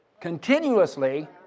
continuously